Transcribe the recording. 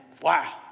wow